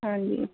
ਹਾਂਜੀ